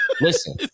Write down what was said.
Listen